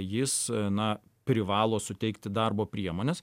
jis na privalo suteikti darbo priemones